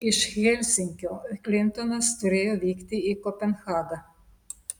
iš helsinkio klintonas turėjo vykti į kopenhagą